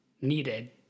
needed